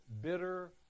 bitter